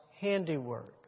handiwork